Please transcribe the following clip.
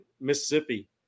Mississippi